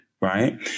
right